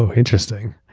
so interesting.